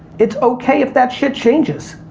it's okay if that shit changes.